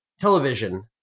television